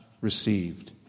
received